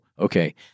okay